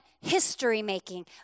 history-making